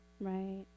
Right